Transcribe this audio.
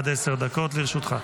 בבקשה, עד עשר דקות לרשותך.